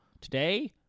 today